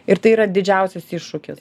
ir tai yra didžiausias iššūkis